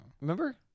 Remember